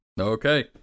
Okay